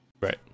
Right